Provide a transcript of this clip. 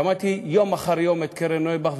שמעתי יום אחר יום את קרן נויבך,